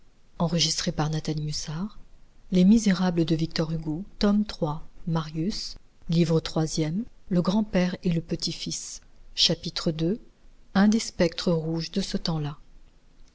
livre troisième le grand-père et le petit-fils chapitre i un ancien salon chapitre ii un des spectres rouges de ce temps-là